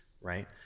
right